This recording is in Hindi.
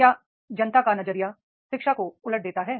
क्या जनता का नजरिया शिक्षा को उलट देता है